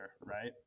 right